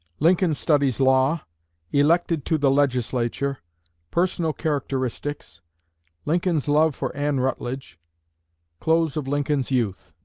lincoln studies law elected to the legislature personal characteristics lincoln's love for anne rutledge close of lincoln's youth